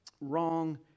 wrong